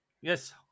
Yes